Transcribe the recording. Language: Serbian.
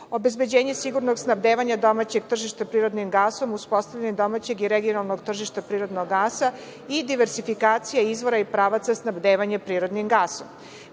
obezbeđenje sigurnog snabdevanja domaćeg tržišta prirodnim gasom, uspostavljanje domaćeg i regionalnog tržišta prirodnog gasa i diversifikacija izvora i pravaca snabdevanja prirodnim